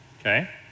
okay